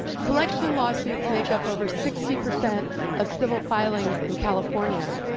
collection lawsuits make up over sixty percent of civil filings in california.